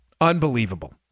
Unbelievable